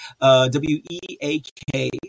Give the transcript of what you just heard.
W-E-A-K